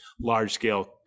large-scale